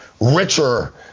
richer